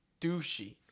douchey